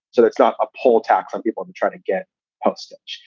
so that's not a poll tax when people and try to get postage.